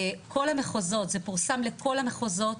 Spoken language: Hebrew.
זה פורסם לכל המחוזות,